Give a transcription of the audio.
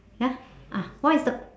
ya ah what is the